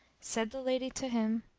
said the lady to him,